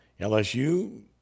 LSU